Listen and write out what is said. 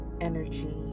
energy